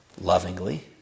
Lovingly